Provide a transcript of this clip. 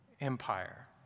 empire